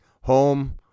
home